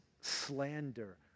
slander